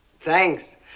Thanks